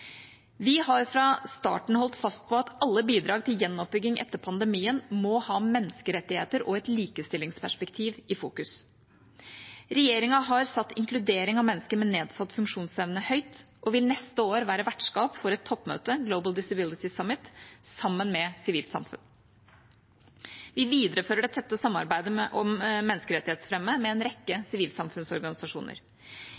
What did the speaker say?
Vi har fra starten av holdt fast på at alle bidrag til gjenoppbygging etter pandemien må ha menneskerettigheter og et likestillingsperspektiv i fokus. Regjeringa har satt inkludering av mennesker med nedsatt funksjonsevne høyt, og vil neste år være vertskap for et toppmøte, Global Disability Summit, sammen med sivilt samfunn. Vi viderefører det tette samarbeidet om menneskerettighetsfremme med en rekke